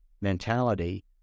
mentality